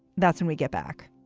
that's when we get back